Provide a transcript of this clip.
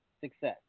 success